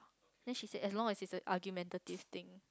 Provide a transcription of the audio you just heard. then she said as long as it's a argumentative thing